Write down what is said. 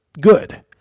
good